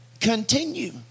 continue